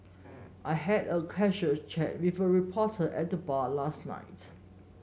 I had a casual chat with a reporter at the bar last night